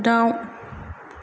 दाउ